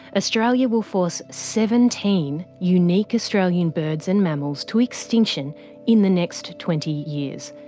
australia will force seventeen unique australian birds and mammals to extinction in the next twenty years.